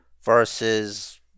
versus